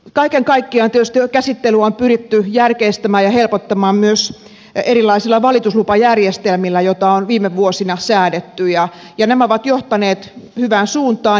kaiken kaikkiaan tietysti käsittelyä on pyritty järkeistämään ja helpottamaan myös erilaisilla valituslupajärjestelmillä joita on viime vuosina säädetty ja nämä ovat johtaneet hyvään suuntaan